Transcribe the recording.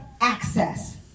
access